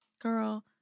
Girl